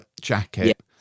jacket